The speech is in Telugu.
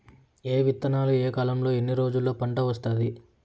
ఏ విత్తనాలు ఏ కాలంలో ఎన్ని రోజుల్లో పంట వస్తాది?